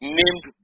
named